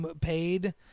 paid